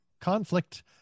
conflict